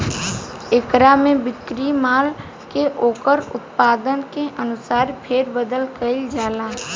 एकरा में बिक्री माल के ओकर उत्पादन के अनुसार फेर बदल कईल जाला